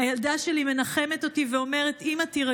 הילדה שלי מנחמת אותי ואומרת: אימא,